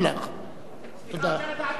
חבר הכנסת טיבי,